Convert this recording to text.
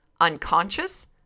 unconscious